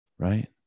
Right